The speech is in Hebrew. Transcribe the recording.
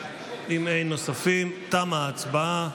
אין נוספים, תמה ההצבעה.